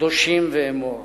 קדושים ואמור.